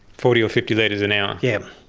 forty or fifty litres an hour? yep.